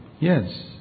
Yes